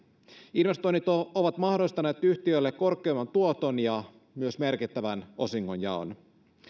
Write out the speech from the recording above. investoinnit ovat mahdollistaneet yhtiöille korkeamman tuoton ja myös merkittävän osingonjaon